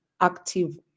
active